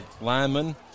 lineman